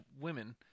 women